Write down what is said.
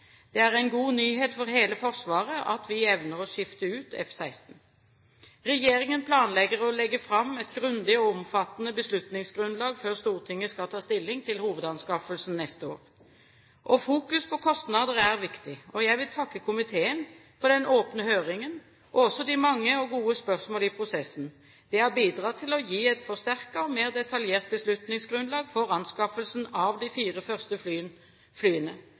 Det er en god nyhet for hele Forsvaret at vi evner å skifte ut F-16. Regjeringen planlegger å legge fram et grundig og omfattende beslutningsgrunnlag før Stortinget skal ta stilling til hovedanskaffelsen neste år. Fokus på kostnader er viktig, og jeg vil takke komiteen for den åpne høringen og også de mange gode spørsmål i prosessen. Det har bidratt til å gi et forsterket og mer detaljert beslutningsgrunnlag for anskaffelsen av de fire første flyene.